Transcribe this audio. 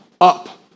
up